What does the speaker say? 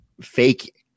fake